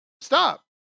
Stop